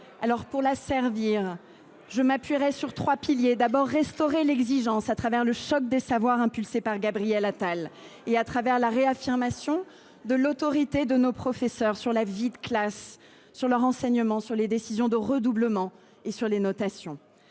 Pour la servir, je m’appuierai sur trois piliers. D’abord, il convient de restaurer l’exigence, au travers du choc des savoirs impulsé par Gabriel Attal, et de réaffirmer l’autorité de nos professeurs sur la vie de classe, leurs enseignements, les décisions de redoublement et les notations.